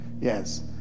Yes